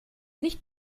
nicht